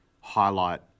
highlight